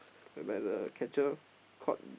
whereby the catcher caught